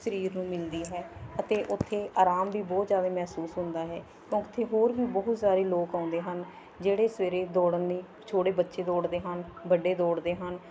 ਸਰੀਰ ਨੂੰ ਮਿਲਦੀ ਹੈ ਅਤੇ ਉੱਥੇ ਆਰਾਮ ਵੀ ਬਹੁਤ ਜ਼ਿਆਦਾ ਮਹਿਸੂਸ ਹੁੰਦਾ ਹੈ ਤਾਂ ਉੱਥੇ ਹੋਰ ਵੀ ਬਹੁਤ ਸਾਰੇ ਲੋਕ ਆਉਂਦੇ ਹਨ ਜਿਹੜੇ ਸਵੇਰੇ ਦੌੜਨ ਲਈ ਛੋਟੇ ਬੱਚੇ ਦੌੜਦੇ ਹਨ ਵੱਡੇ ਦੌੜਦੇ ਹਨ